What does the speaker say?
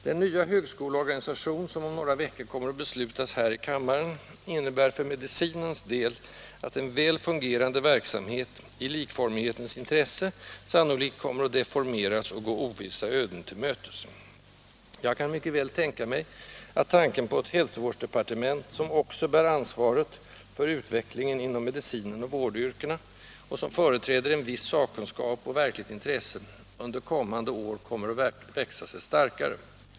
Den nya högskoleorganisation, som om några veckor kommer att beslutas här i kammaren, innebär för medicinens del att en väl fungerande verksamhet, ilikformighetens intresse, sannolikt kommer att deformeras och gå ovissa öden till mötes. Jag kan mycket väl föreställa mig att tanken på ett hälsovårdsdepartement, som också bär ansvaret för utvecklingen inom medicinen och vårdyrkena och som företräder viss sakkunskap och verkligt intresse, under kommande år kommer att växa sig starkare.